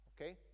Okay